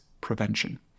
prevention